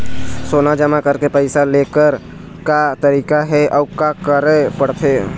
सोना जमा करके पैसा लेकर का तरीका हे अउ का करे पड़थे?